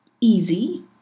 easy